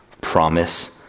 Promise